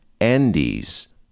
Andes